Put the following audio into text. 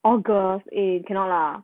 oh gosh eh cannot lah